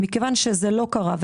מכיוון שזה לא קרה,